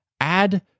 add